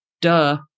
Duh